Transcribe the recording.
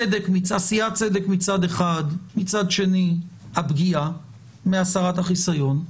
עשיית צדק מצד אחד, מצד שני הפגיעה מהסרת החיסיון.